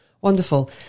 wonderful